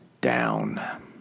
down